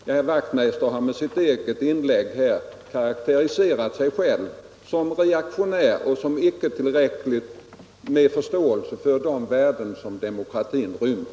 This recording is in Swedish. Herr Wachtmeister har med sitt eget inlägg här karakteriserat sig själv som reaktionär och som en person som inte har tillräckligt med förståelse för de värden som demokratin rymmer.